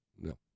no